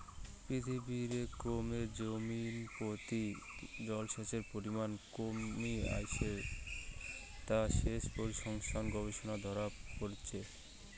পৃথিবীরে ক্রমে জমিনপ্রতি জলসেচের পরিমান কমি আইসেঠে তা সেচ পরিসংখ্যান গবেষণারে ধরা পড়িচে